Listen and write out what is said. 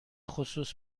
خصوص